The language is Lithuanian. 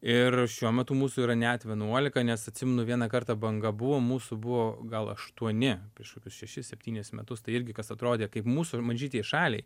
ir šiuo metu mūsų yra net vienuolika nes atsimenu vieną kartą banga buvo mūsų buvo gal aštuoni prieš kokius šešis septynis metus tai irgi kas atrodė kaip mūsų mažytei šaliai